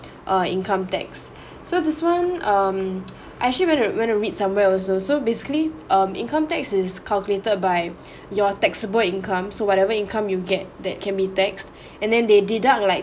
err income tax so this one um I actually went went read somewhere also so basically um income tax is calculated by your taxable incomes so whatever income you get that can be taxed and then they deduct like